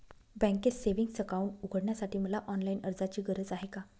बँकेत savings account उघडण्यासाठी मला ऑनलाईन अर्जाची गरज आहे का?